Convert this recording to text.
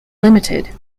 limited